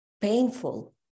painful